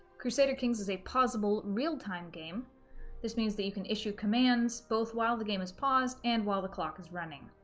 crusader kings is a pausable real-time game this means that you can issue commands both while the game is paused and while the clock is running.